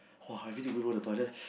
!wow! I need to go toilet